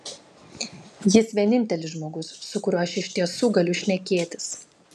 jis vienintelis žmogus su kuriuo aš iš tiesų galiu šnekėtis